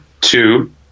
two